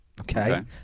Okay